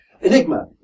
Enigma